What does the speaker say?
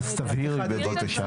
אז תבהירי, בבקשה.